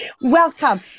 Welcome